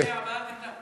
יש לי הבעת עמדה.